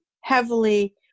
heavily